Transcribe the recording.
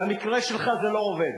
במקרה שלך זה לא עובד.